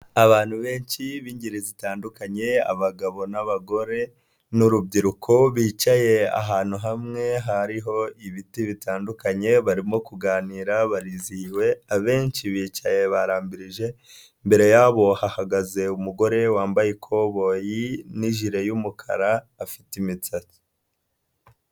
Abantu benshi b'ingeri zitandukanye abagabo n'abagore n'urubyiruko, bicaye ahantu hamwe hariho ibiti bitandukanye, barimo kuganira bariziwe abenshi bicaye barambirije imbere yabo hahagaze umugore wambaye ikoboyi n'ijire y'umukara afite imisatsi.